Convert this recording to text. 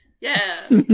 Yes